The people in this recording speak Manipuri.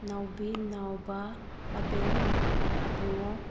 ꯅꯥꯎꯕꯤ ꯅꯥꯎꯕ ꯑꯕꯦꯝ ꯑꯕꯨꯡꯉꯣ